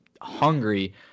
hungry